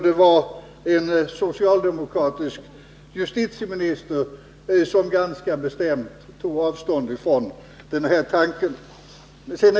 Det var då en socialdemokratisk justitieminister som ganska bestämt tog avstånd från den här tanken.